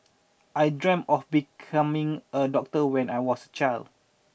I dreamt of becoming a doctor when I was child